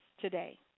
today